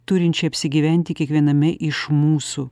turinčią apsigyventi kiekviename iš mūsų